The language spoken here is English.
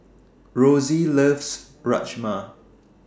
Rosy loves Rajma